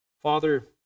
Father